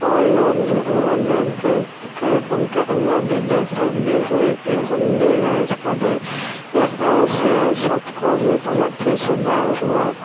اور لوگ بھی انہیں دیکھتے تھے ان کے اندر بھی دیکھ کر بھی ہوئی کہ ہم بھی ڈانس کریں اس طرح سے سب کو ہی بہت ہی سدھار ہوا